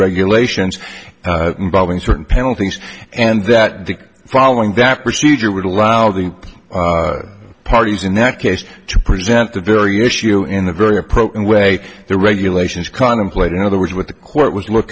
regulations involving certain penalties and that the following that procedure would allow the parties in that case to present the very issue in a very approach and way the regulations contemplate in other words what the court was look